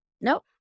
Nope